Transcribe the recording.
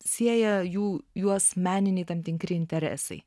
sieja jų juos meniniai tam tikri interesai